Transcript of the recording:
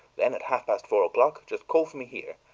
then, at half past four o'clock, just call for me here,